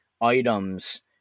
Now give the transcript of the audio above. items